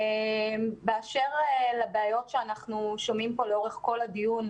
באשר לבעיות שאנחנו שומעים פה לאורך כל הדיון,